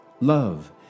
love